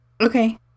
Okay